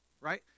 right